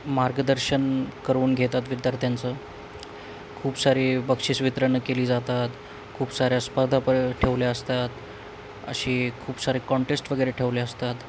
मार्गदर्शन करून घेतात विद्यार्थ्यांचं खूप सारे बक्षिस वितरण केली जातात खूप साऱ्या स्पर्धापण ठेवल्या असतात असे खूप सारे कॉन्टेस्ट वगैरे ठेवले असतात